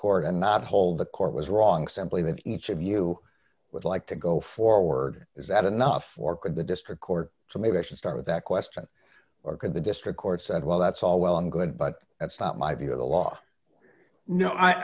court and not hold the court was wrong simply that each of you would like to go forward is that enough or could the district court to maybe i should start that question or could the district court said well that's all well and good but that's not my view of the law no i